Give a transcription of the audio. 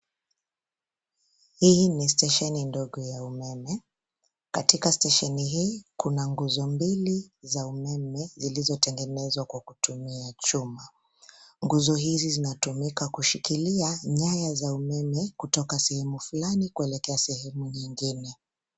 Hii ni stesheni ndogo ya umeme. Katika stesheni hii, kuna nguzo mbili za umeme zilizotengenezwa kwa kutumia chuma. Nguzo hizi zinatumika kushikilia nyaya za umeme kutoka sehemu fulani kuelekea sehemu nyingine.